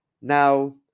Now